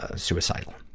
ah suicidal.